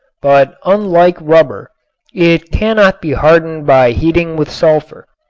but unlike rubber it cannot be hardened by heating with sulfur.